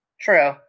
True